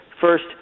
first